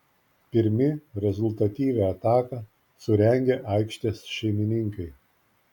pirmi rezultatyvią ataką surengė aikštės šeimininkai